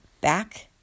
back